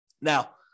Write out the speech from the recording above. Now